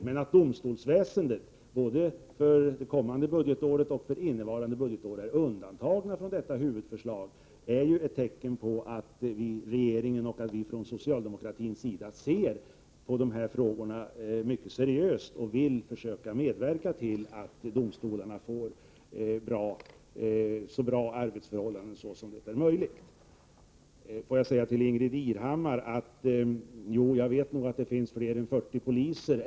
Men att domstolsväsendet både kommande budgetår och innevarande budgetår är undantaget från detta huvudförslag är ett tecken på att regeringen och vi socialdemokrater ser på dessa frågor mycket seriöst och vill medverka till att domstolarna får så bra arbetsförhållanden som möjligt. Sedan till Ingbritt Irhammar: Jo, jag vet nog att det finns fler än 40 poliser.